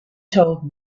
told